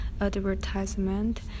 advertisement